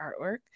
artwork